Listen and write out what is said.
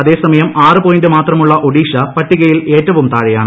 അതേസമയം ആറ് പോയിന്റ് മാത്രമുള്ള ഒഡീഷ പട്ടികയിൽ ഏറ്റവും താഴെയാണ്